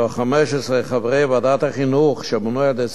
מ-15 חברי ועד החינוך, שמונו על-ידי שר החינוך